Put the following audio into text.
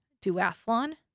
Duathlon